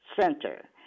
Center